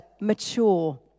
mature